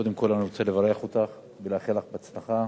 קודם כול אני רוצה לברך אותך ולאחל לך הצלחה,